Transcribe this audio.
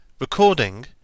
Recording